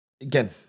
again